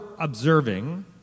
observing